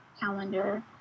calendar